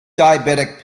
diabetic